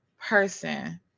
person